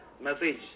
message